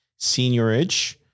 seniorage